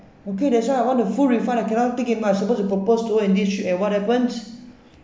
okay that's why I want a full refund I cannot take it much I supposed to purpose to her and this should have and what happens